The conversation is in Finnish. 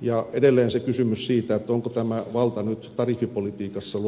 ja edelleen on se kysymys siitä onko tämä valta nyt luovutettu tariffipolitiikassa